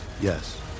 Yes